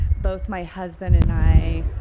both my husband and i,